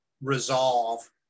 resolve